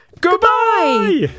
Goodbye